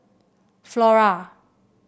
Flora